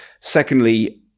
Secondly